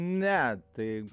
ne tai